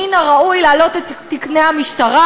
מן הראוי להעלות את תקני המשטרה,